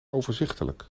overzichtelijk